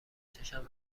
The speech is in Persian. چشم